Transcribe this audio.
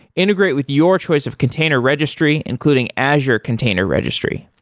integrate with your choice of container registry, including azure container registry.